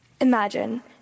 Imagine